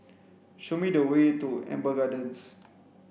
show me the way to Amber Gardens